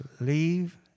leave